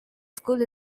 school